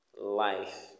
life